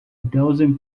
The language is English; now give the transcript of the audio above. dozen